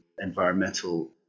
environmental